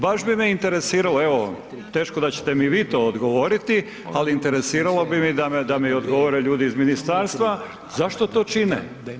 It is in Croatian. Baš bi me interesiralo, evo, teško da ćete mi to odgovoriti, ali interesiralo bi me da mi odgovore ljudi ministarstva, zašto to čine.